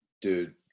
Dude